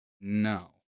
No